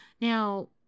Now